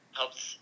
helps